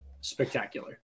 spectacular